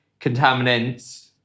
contaminants